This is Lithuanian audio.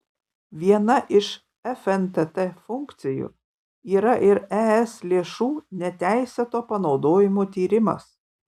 viena iš fntt funkcijų yra ir es lėšų neteisėto panaudojimo tyrimas